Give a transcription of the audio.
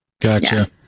Gotcha